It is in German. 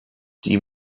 die